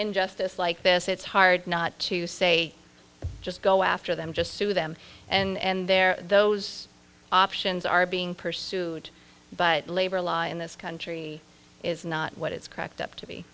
injustice like this it's hard not to say just go after them just sue them and there those options are being pursued but labor law in this country is not what it's cracked up to be